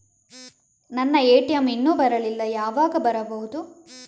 ನನ್ನ ಎ.ಟಿ.ಎಂ ಇನ್ನು ಬರಲಿಲ್ಲ, ಯಾವಾಗ ಬರಬಹುದು?